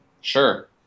Sure